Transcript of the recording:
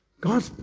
God